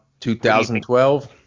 2012